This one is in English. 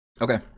Okay